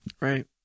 Right